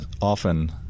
often